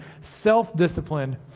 self-discipline